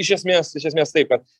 iš esmės iš esmės taip kad